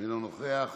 אינו נוכח,